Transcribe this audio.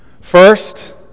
First